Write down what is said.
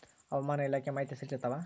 ಹವಾಮಾನ ಇಲಾಖೆ ಮಾಹಿತಿ ಸರಿ ಇರ್ತವ?